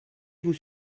vous